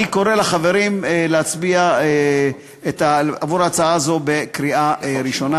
אני קורא לחברים להצביע עבור ההצעה הזאת בקריאה ראשונה.